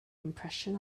impression